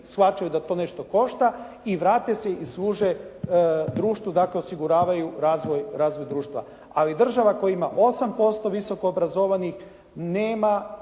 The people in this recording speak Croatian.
shvaćaju da to nešto košta i vrate se i služe društvu, dakle osiguravaju razvoj društva. Ali država koja ima 8% visoko obrazovanih nema